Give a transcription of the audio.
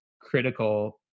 critical